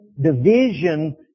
division